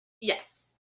Yes